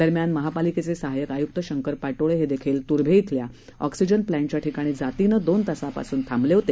दरम्यान महापालिकेचे सहाय्यक आयुक्त शंकर पाटोळे हे देखील तुर्भे येथील ऑक्सीजन प्लांटच्या ठिकाणी जातीने दोन तासापासून थांबले होते